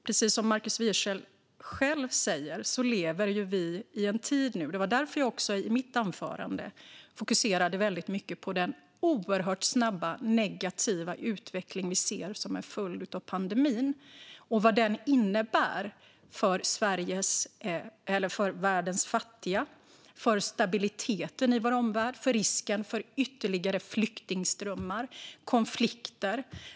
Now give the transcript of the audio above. Precis som Markus Wiechel själv säger lever vi i en speciell tid, och just därför fokuserade jag i mitt huvudanförande på den snabba negativa utveckling vi ser som en följd av pandemin och vad det innebär för världens fattiga, för stabiliteten i vår omvärld och för risken för ytterligare flyktingströmmar och konflikter.